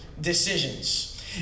decisions